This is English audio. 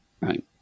right